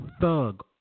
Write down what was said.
thug